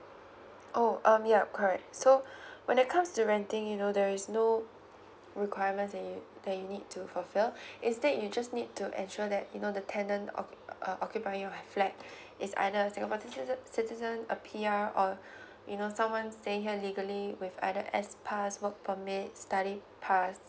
oh um yup correct so when it comes to renting you know there is no requirements that you that you need to fulfil instead you just need to ensure that you know the tenant occ~ uh occupying your flat is either singapore citizen citizen a P_R or you know someone staying here legally with either S pass work permit study pass